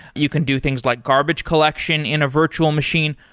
you can do things like garbage collection in a virtual machine.